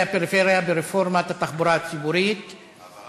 הפריפריה ברפורמת התחבורה הציבורית: בעד,